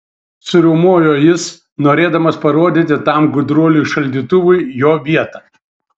suriaumojo jis norėdamas parodyti tam gudruoliui šaldytuvui jo vietą